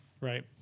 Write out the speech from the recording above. right